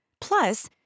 Plus